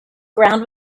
ground